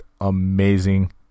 amazing